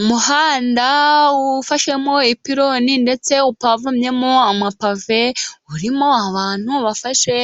Umuhanda ufashemo ipironi ndetse upavomyemo amapave, urimo abantu bafashe